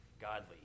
godly